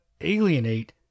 alienate